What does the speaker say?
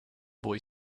boy